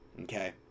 okay